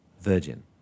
Virgin